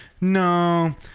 no